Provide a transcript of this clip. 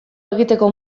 egiteko